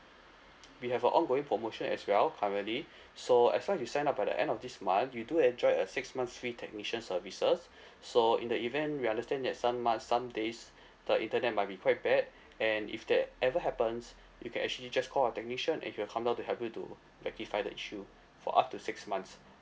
we have a ongoing promotion as well currently so as long as you sign up by the end of this month you do enjoy a six months free technician services so in the event we understand that some months some days the internet might be quite bad and if that ever happens you can actually just call our technician and he'll come down to help you to rectify the issue for up to six months